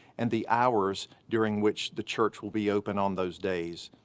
and the hours during which the church will be open on those days.